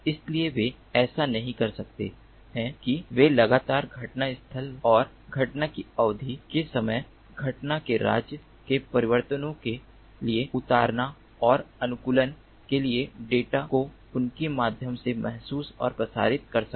इसलिए वे ऐसा नहीं कर सकते हैं कि वे लगातार घटना स्थल और घटना की अवधि के संबंध में घटना के राज्य के परिवर्तनों के लिए उतारना और अनुकूलन के लिए डेटा को उनके माध्यम से महसूस और प्रसारित कर सकें